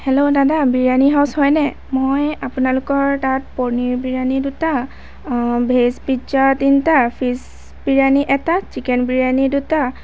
hello দাদা biryani house হয়নে মই আপোনালোকৰ তাত পনিৰ বিৰিয়ানী দুটা ভেজ পিজ্জা তিনিটা ফিছ বিৰিয়ানী এটা চিকেন বিৰিয়ানী দুটা